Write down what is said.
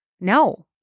no